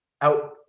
out